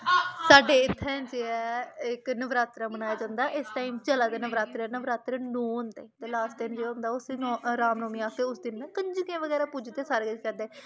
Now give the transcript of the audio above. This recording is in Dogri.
साड्डे इत्थें जे ऐ इक नवरात्रा मनाया जंदा इस टाइम चला दे नवरात्रे नवरात्रे नौ होंदे ते लास्ट टाइम जे होंदा ओह् सिर्फ नौ रामनौमीं आस्तै उस दिन ना कंजकें बगैरा पूजदे सारे इत्थे